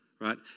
right